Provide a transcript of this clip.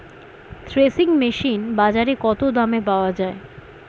Threshing machine বাজারে কত দামে পাওয়া যায়?